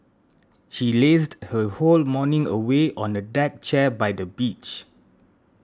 she lazed her whole morning away on a deck chair by the beach